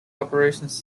operations